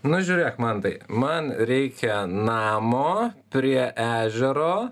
nu žiūrėk mantai man reikia namo prie ežero